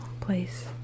place